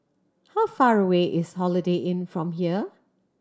how far away is Holiday Inn from here